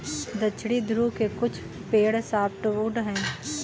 दक्षिणी ध्रुव के कुछ पेड़ सॉफ्टवुड हैं